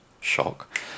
shock